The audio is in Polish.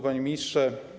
Panie Ministrze!